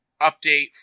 update